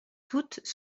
toutes